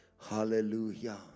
Hallelujah